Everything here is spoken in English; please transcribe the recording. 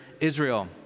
Israel